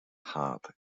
harp